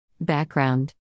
Background